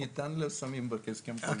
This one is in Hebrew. "ניתן" לא שמים בהסכם קואליציוני.